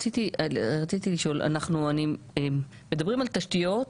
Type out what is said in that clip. אנחנו מדברים על תשתיות,